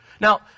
Now